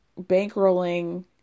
bankrolling